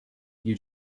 you